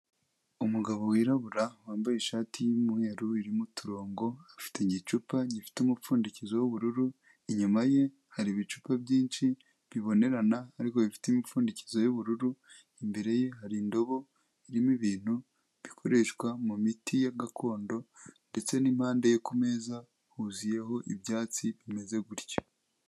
Umugabo wirabura wambaye ishati y'umweru irimo uturongo afite igicupa gifite umupfundikizo w'ubururu, inyuma ye hari ibicupa byinshi bibonerana ariko bifite imipfundikizo y'ubururu, imbere ye hari indobo irimo ibintu bikoreshwa mu miti ya gakondo ndetse n'impande ye ku meza huzuyeho ibyatsi bimeze gutyo.